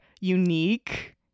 unique